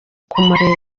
kumureba